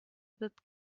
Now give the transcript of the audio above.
wird